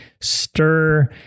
stir